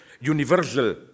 universal